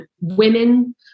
women